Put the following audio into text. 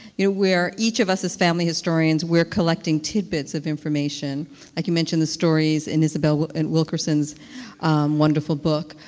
you know where each of us as family historians, we're collecting tidbits of information like you mentioned the stories in isabel but and wilkerson's wonderful book.